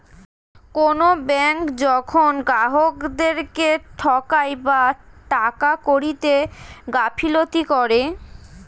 কোনো ব্যাঙ্ক যখন গ্রাহকদেরকে ঠকায় বা টাকা কড়িতে গাফিলতি করে